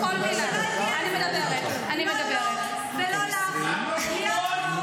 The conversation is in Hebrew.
כדי שלא תהיה לכם --- לא לו ולא לך להיות פה.